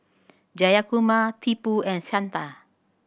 Jayakumar Tipu and Santha